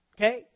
Okay